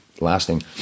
lasting